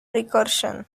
recursion